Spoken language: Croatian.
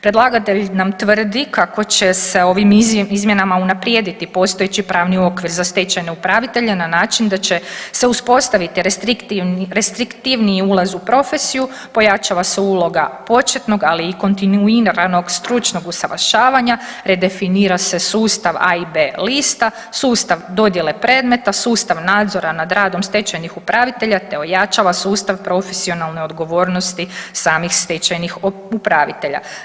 Predlagatelj nam tvrdi kako će sa ovim izmjenama unaprijediti postojeći pravni okvir za stečajne upravitelje na način da će se uspostaviti restriktivniji ulaz u profesiju, pojačava se uloga početnog, ali i kontinuiranog stručnog usavršavanja, redefinira se sustav A i B lista, sustav dodjele predmeta, sustav nadzora nad radom stečajnih upravitelja, te ojačava sustav profesionalne odgovornosti samih stečajnih upravitelja.